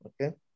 okay